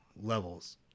levels